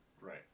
Right